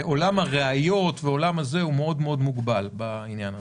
עולם הראיות הוא מוגבל מאוד בעניין הזה.